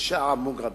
בשער המוגרבים,